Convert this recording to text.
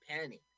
penny